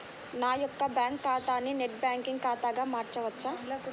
నా యొక్క బ్యాంకు ఖాతాని నెట్ బ్యాంకింగ్ ఖాతాగా మార్చవచ్చా?